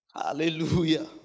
Hallelujah